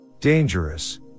Dangerous